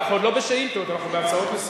אנחנו עוד לא בשאילתות, אנחנו בהצעות לסדר.